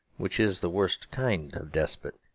which is the worst kind of despot.